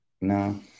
No